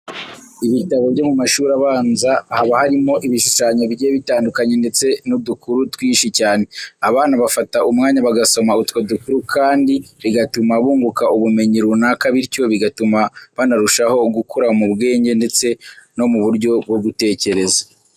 Ibitabo byo mu mashuri abanza haba harimo ibishushanyo bigiye bitandukanye ndetse n'udukuru twinshi cyane. Abana bafata umwanya bagasoma utwo dukuru kandi bigatuma bunguka ubumenyi runaka bityo bigatuma banarushaho gukura mu bwenge ndetse no mu buryo bwo gutekereza.